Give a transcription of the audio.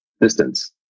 distance